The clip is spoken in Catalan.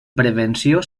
prevenció